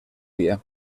día